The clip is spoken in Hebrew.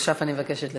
עכשיו אני מבקשת לסיים.